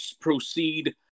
proceed